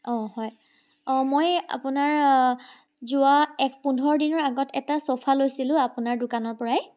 অঁ হয় অঁ মই আপোনাৰ যোৱা এক পোন্ধৰ দিনৰ আগত এটা চোফা লৈছিলোঁ আপোনাৰ দোকানৰ পৰাই